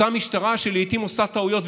אותה משטרה שלעיתים עושה טעויות,